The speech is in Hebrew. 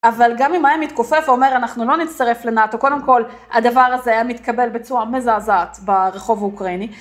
אבל גם אם היה מתכופף ואומר אנחנו לא נצטרף לנאטו, קודם כל הדבר הזה היה מתקבל בצורה מזעזעת ברחוב האוקראיני.